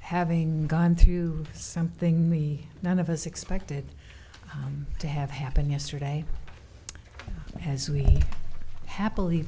having gone through something me none of us expected to have happened yesterday as we happily